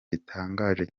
bitangaje